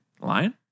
Lion